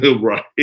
Right